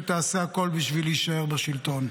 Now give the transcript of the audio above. שתעשה הכול בשביל להישאר בשלטון.